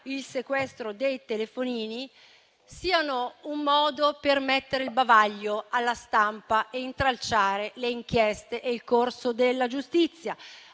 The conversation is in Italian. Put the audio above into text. il sequestro dei telefonini, siano un modo per mettere il bavaglio alla stampa e intralciare le inchieste e il corso della giustizia.